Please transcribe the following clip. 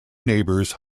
neighbours